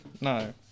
No